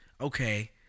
okay